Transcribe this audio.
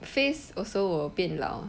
face also will 变老